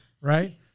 right